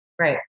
Right